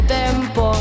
tempo